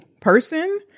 person